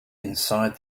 inside